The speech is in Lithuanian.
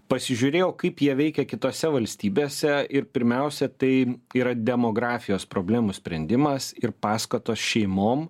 pasižiūrėjau kaip jie veikia kitose valstybėse ir pirmiausia tai yra demografijos problemų sprendimas ir paskatos šeimom